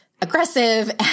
aggressive